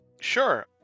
Sure